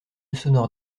sonore